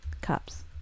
Cups